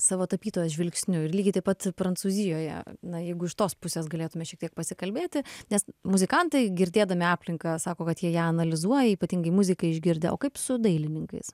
savo tapytojos žvilgsniu ir lygiai taip pat prancūzijoje na jeigu iš tos pusės galėtume šiek tiek pasikalbėti nes muzikantai girdėdami aplinką sako kad jie ją analizuoja ypatingai muziką išgirdę o kaip su dailininkais